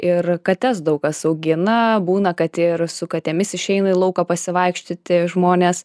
ir kates daug kas augina būna kad ir su katėmis išeina į lauką pasivaikščioti žmonės